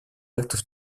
актов